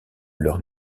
leurs